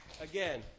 Again